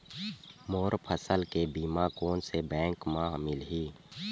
मोर फसल के बीमा कोन से बैंक म मिलही?